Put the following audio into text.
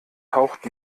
taucht